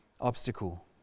obstacle